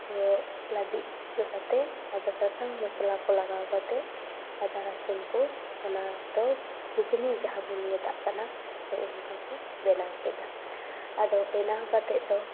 ᱠᱚ ᱞᱟᱹᱵᱤᱫ ᱚᱪᱚ ᱠᱟᱛᱮ ᱟᱫᱚ ᱥᱟᱥᱟᱝ ᱢᱚᱥᱞᱟ ᱠᱚ ᱞᱟᱜᱟᱣ ᱠᱟᱛᱮ ᱟᱫᱟ ᱨᱟᱥᱩᱱ ᱠᱚ ᱚᱱᱟ ᱫᱚ ᱜᱷᱩᱜᱽᱱᱤ ᱡᱟᱦᱟᱸ ᱵᱚᱱ ᱢᱮᱛᱟᱜ ᱠᱟᱱᱟ ᱦᱳᱭ ᱚᱱᱠᱟ ᱠᱚ ᱵᱮᱱᱟᱣ ᱠᱮᱫᱟ ᱟᱫᱚ ᱵᱮᱱᱟᱣ ᱠᱟᱛᱮᱫ ᱫᱚ